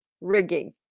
rigging